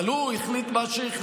אבל הוא החליט מה שהחליט,